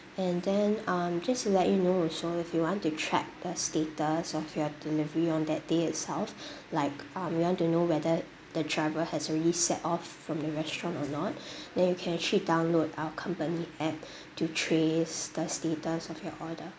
and then um just to let you know also if you want to check the status of your delivery on that day itself like um you want to know whether the driver has already set off from the restaurant or not then you can actually download our company app to trace the status of your order